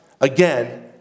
Again